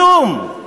כלום.